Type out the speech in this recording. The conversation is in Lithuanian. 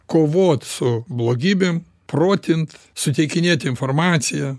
kovot su blogybėm protint suteikinėt informaciją